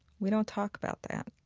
we don't talk about that.